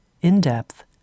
in-depth